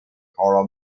horror